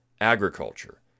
agriculture